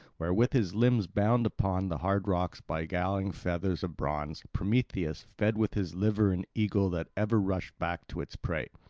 where, with his limbs bound upon the hard rocks by galling fetters of bronze, prometheus fed with his liver an eagle that ever rushed back to its prey.